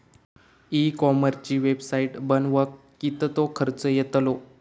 E कॉमर्सची website बनवक किततो खर्च येतलो?